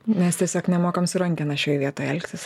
mes tiesiog nemokam su rankena šioj vietoj elgtis